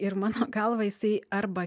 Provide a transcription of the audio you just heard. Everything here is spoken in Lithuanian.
ir mano galva jisai arba